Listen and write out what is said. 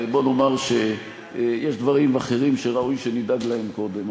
בוא נאמר שיש דברים אחרים שראוי שנדאג להם קודם.